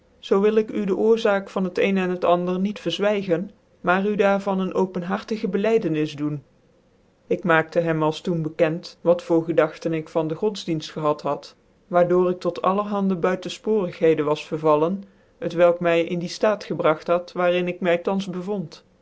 zoo wil ik u de oorzaak van het een en het andere niet verzyge maar u daar van een openhartige belijdenis doen ik maakte hem als doen bekend wat voor gedagtcn ik van den godsdicnft gehad haddc waar door ik tot allerhande buitenfpoorigheden was vervallcu t welk my in dien ftaat gebragt had waar in ik my thans bevond